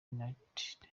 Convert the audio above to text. united